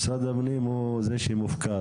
משרד הפנים הוא זה שמופקד,